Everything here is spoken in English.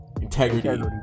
integrity